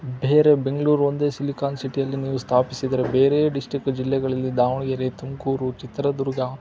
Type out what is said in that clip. ಬೇರೆ ಬೆಂಗ್ಳೂರು ಒಂದೇ ಸಿಲಿಕಾನ್ ಸಿಟಿಯಲ್ಲಿ ನೀವು ಸ್ಥಾಪಿಸಿದರೆ ಬೇರೆ ಡಿಸ್ಟಿಕ್ ಜಿಲ್ಲೆಗಳಲ್ಲಿ ದಾವಣಗೆರೆ ತುಮಕೂರು ಚಿತ್ರದುರ್ಗ